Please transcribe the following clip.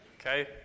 Okay